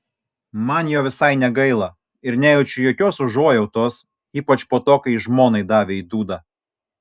man jo visai negaila ir nejaučiu jokios užuojautos ypač po to kai žmonai davė į dūdą